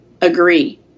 agree